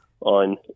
on